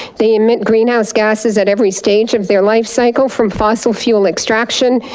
they emit green house gasses at every stage of their life cycle, from fossil fuel extraction,